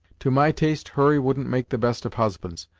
to my taste, hurry wouldn't make the best of husbands,